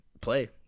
play